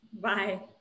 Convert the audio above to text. Bye